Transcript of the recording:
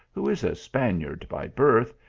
who is a spaniard by birth,